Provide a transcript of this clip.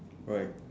right